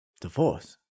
Divorce